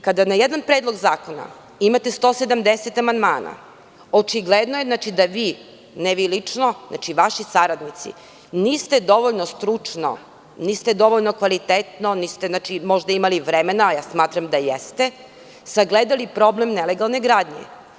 Kada na jedan Predlog zakona imate 170 amandmana, očigledno da vi, ne vi lično, vaši saradnici, niste dovoljno stručno, niste dovoljno kvalitetno, niste možda imali vremena, a ja smatram da jeste, sagledali problem nelegalne gradnje.